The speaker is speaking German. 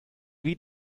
wie